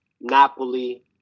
Napoli